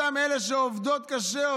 אותן אלה שעובדות קשה,